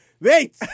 wait